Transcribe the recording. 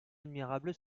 admirable